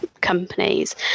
companies